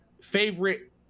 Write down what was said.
favorite